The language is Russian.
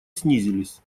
снизились